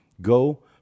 Go